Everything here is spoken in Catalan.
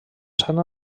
sant